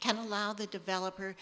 can allow the developer